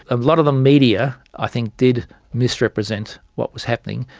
and lot of the media i think did misrepresent what was happening,